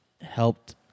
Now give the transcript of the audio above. helped